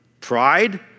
Pride